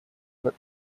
but